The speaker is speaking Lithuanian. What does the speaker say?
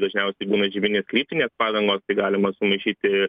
dažniausiai būna žieminės kryptinės padangos galima sumaišyti